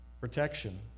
Protection